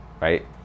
right